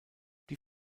die